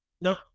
no